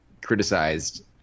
criticized